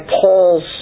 Paul's